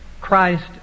Christ